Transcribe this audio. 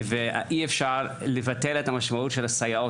אבל אי אפשר לבטל את המשמעות של הסייעות.